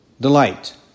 delight